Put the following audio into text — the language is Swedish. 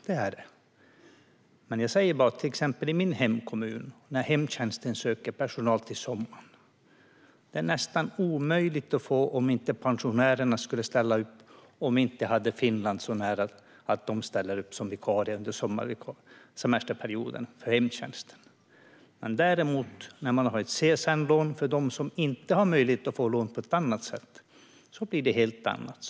Men när hemtjänsten söker personal till sommaren i till exempel min hemkommun skulle det vara nästan omöjligt om inte pensionärerna ställde upp och om vi inte hade Finland så nära att människor därifrån ställer upp som vikarier under semesterperioden. Om man däremot har ett CSN-lån för dem som inte har möjlighet att få lån på annat sätt blir det helt annorlunda.